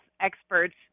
experts